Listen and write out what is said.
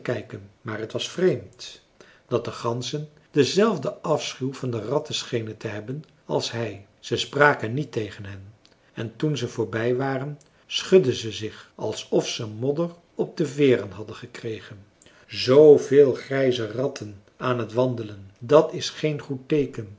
maar t was vreemd dat de ganzen denzelfden afschuw van ratten schenen te hebben als hij ze spraken niet tegen hen en toen ze voorbij waren schudden ze zich alsof ze modder op de veeren hadden gekregen zooveel grijze ratten aan t wandelen dat is geen goed teeken